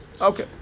Okay